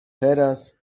teraz